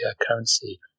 currency